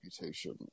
reputation